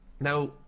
Now